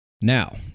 Now